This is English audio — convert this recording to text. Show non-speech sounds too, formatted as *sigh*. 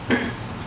*coughs*